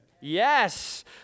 Yes